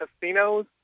casinos